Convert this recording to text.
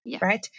right